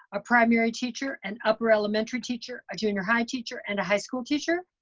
a primary teacher, an upper elementary teacher, a junior high teacher, and a high school teacher?